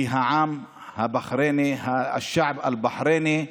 כי העם הבחרייני (אומר בערבית: